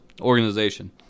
organization